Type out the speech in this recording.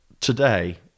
today